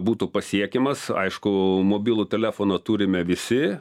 būtų pasiekiamas aišku mobilų telefoną turime visi